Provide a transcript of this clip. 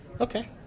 Okay